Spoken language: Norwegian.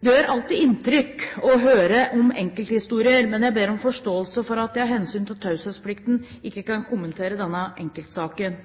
Det gjør alltid inntrykk å høre om enkelthistorier, men jeg ber om forståelse for at jeg av hensyn til taushetsplikten ikke kan kommenterer denne enkeltsaken.